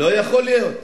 לא יכול להיות.